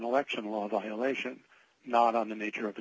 election law violation not on the nature of the